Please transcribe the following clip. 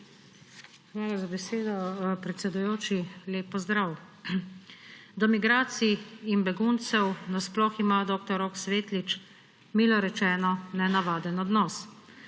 Hvala za besedo, predsedujoči. Lep pozdrav! Do migracij in beguncev na sploh ima dr. Rok Svetlič milo rečeno nenavaden odnos.